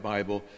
Bible